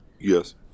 Yes